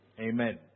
Amen